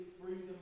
freedom